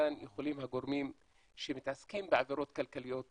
כאן יכולים הגורמים שמתעסקים בעבירות כלכליות להיכנס,